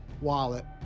wallet